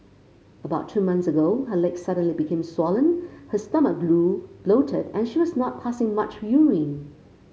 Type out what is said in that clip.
about two months ago her legs suddenly became swollen her stomach grew bloated and she was not passing much urine